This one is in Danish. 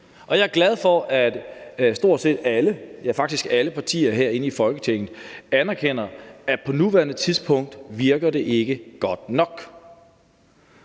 Jeg er glad for, at faktisk alle partier herinde i Folketinget anerkender, at det på nuværende tidspunkt ikke virker godt nok,